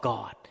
God